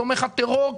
תומך הטרור,